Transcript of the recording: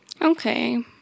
Okay